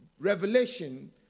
revelation